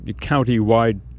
county-wide